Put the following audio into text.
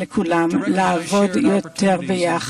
צרים זה זמן רב מוצאים בסיס חדש לשיתוף פעולה,